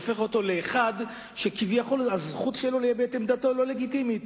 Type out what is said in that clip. הופך לאחד שהזכות שלו להביע את עמדתו היא לא לגיטימית,